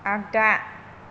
आगदा